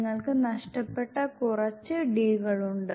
നിങ്ങൾക്ക് നഷ്ടപ്പെട്ട കുറച്ച് d കൾ ഉണ്ട്